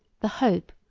the hope,